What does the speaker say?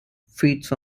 feeds